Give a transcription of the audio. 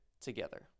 together